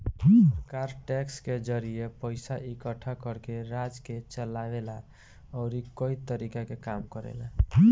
सरकार टैक्स के जरिए पइसा इकट्ठा करके राज्य के चलावे ला अउरी कई तरीका के काम करेला